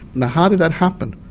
now how did that happen?